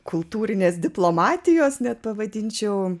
kultūrinės diplomatijos net pavadinčiau